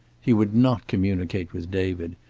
he would not communicate with david.